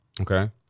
Okay